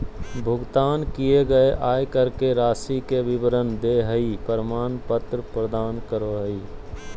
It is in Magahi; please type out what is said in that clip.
भुगतान किए गए आयकर के राशि के विवरण देहइ प्रमाण पत्र प्रदान करो हइ